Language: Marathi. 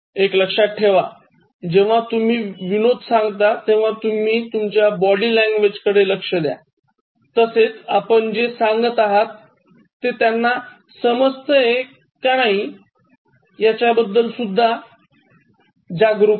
एक लक्षात ठेवा जेव्हा तुम्ही विनोद सांगता तेव्हा तुम्ही तुमच्या बॉडी लँग्वेजकडे लक्ष द्या तसेच आपण जे सांगत आहोत ते त्यांना समजतंय का किंवा आपण जे सांगतोय ते त्याना आवडत नाही